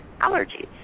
allergies